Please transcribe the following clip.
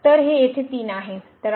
तर हे येथे 3 आहे